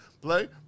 play